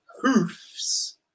hoofs